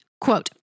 Quote